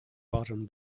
bottom